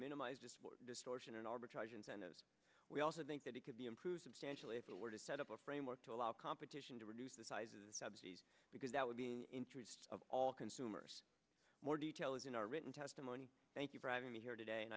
minimize distortion and arbitrage incentives we also think that it could be improved substantially if it were to set up a framework to allow competition to reduce the size of the subsidies because that would be an interest of all consumers more details in our written testimony thank you for having me here today and